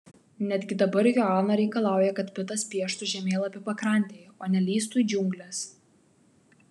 netgi dabar joana reikalauja kad pitas pieštų žemėlapį pakrantėje o ne lįstų į džiungles